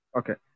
okay